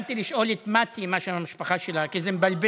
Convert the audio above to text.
התכוונתי לשאול את מטי מה שם המשפחה שלה כי זה מבלבל,